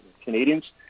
Canadians